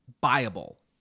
viable